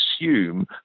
assume